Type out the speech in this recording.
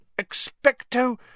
Expecto